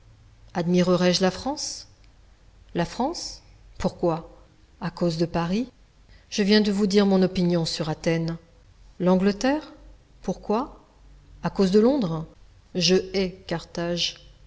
admirerai je la france la france pourquoi à cause de paris je viens de vous dire mon opinion sur athènes l'angleterre pourquoi à cause de londres je hais carthage